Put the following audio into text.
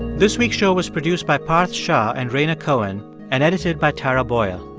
this week's show was produced by parth shah and rhaina cohen and edited by tara boyle.